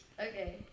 Okay